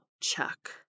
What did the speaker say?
Chuck